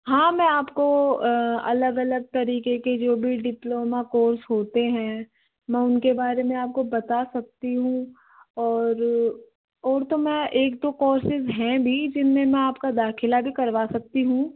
हाँ मैं आपको अलग अलग तरीके के जो भी डिप्लोमा कोर्स होते हैं मैं उनके बारे में आपको बता सकती हूँ और और तो मैं एक दो कोर्सेस हैं भी जिसमें मैं आपका दाखिला भी करवा सकती हूँ